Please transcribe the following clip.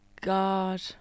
God